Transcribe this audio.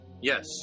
Yes